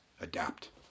adapt